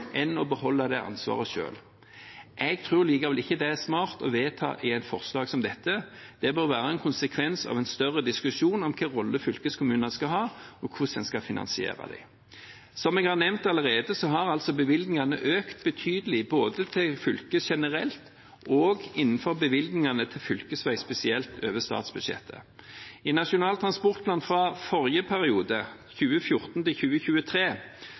enn å beholde det ansvaret selv. Jeg tror likevel ikke det er smart å vedta det gjennom et forslag som dette. Det bør være en konsekvens av en større diskusjon om hvilken rolle fylkeskommunene skal ha, og hvordan en skal finansiere dem. Som jeg har nevnt allerede, har bevilgningene økt betydelig både til fylkene generelt og innenfor bevilgningene til fylkesveier spesielt over statsbudsjettet. I Nasjonal transportplan for forrige periode, 2014–2023, foreslo Stoltenberg-regjeringen å bruke en egen pott til